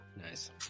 Nice